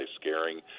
scaring